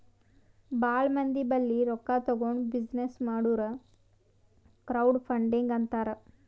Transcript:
ಭಾಳ ಮಂದಿ ಬಲ್ಲಿ ರೊಕ್ಕಾ ತಗೊಂಡ್ ಬಿಸಿನ್ನೆಸ್ ಮಾಡುರ್ ಕ್ರೌಡ್ ಫಂಡಿಂಗ್ ಅಂತಾರ್